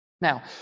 Now